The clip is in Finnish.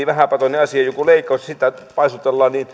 vähäpätöistä asiaa jotain leikkausta ja sitä paisutella